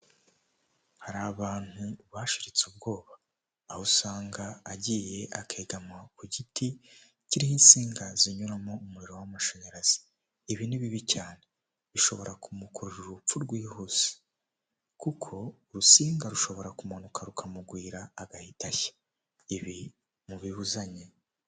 Hari abantu bashiritse ubwoba aho usanga agiye akegama ku giti kiriho insinga zinyuramo umuriro w'amashanyarazi ibi ni bibi cyane bishobora kumukurura urupfu rwihuse kuko urusinga rushobora kumanuka rukamugwira agahita ashya ibi mubibuzanye.